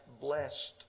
blessed